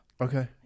Okay